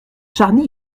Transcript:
charny